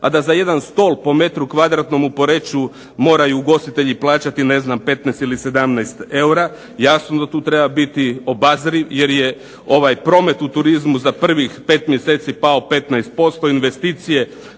a da za jedan stol po metru kvadratnom u Poreču moraju ugostitelji plaćati, ne znam 15 ili 17 eura, jasno da tu treba biti obazriv. Jer je ovaj promet u turizmu za prvih 5 mjeseci pao 15%, investicije